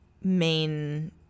main